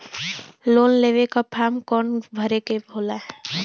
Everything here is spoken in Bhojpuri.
लोन लेवे के फार्म कौन भरे के होला?